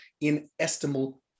inestimable